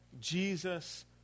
Jesus